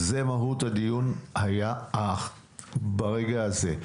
זה מהות הדיון ברגע הזה.